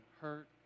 hurt